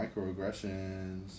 Microaggressions